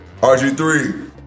RG3